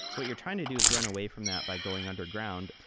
what you're trying to do is run away from that by going underground.